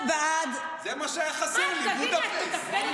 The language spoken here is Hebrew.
מה עשית בבודפשט שבוע?